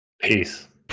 Peace